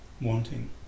wanting